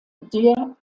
der